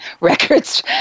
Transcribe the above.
records